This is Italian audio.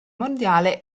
mondiale